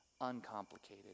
uncomplicated